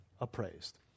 appraised